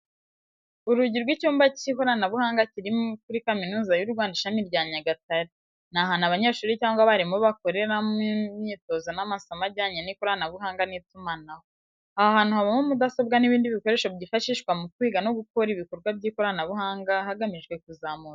Urugi rw'icyumba cy'ikoranabuhanga kiri kuri Kaminuza y'uRwanda ishami rya nyagatare. Ni ahantu abanyeshuri cyangwa abarimu bakoreramo imyitozo n'amasomo ajyanye n'ikoranabuhanga n'itumanaho. . Aha hantu habamo mudasobwa n'ibindi bikoresho byifashishwa mu kwiga no gukora ibikorwa by’ikoranabuhanga hagamijwe kuzamura ubumenyi.